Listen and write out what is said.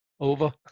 Over